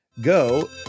go